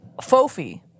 Fofi